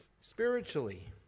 spiritually